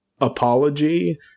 apology